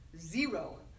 Zero